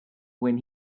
when